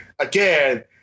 again